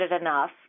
enough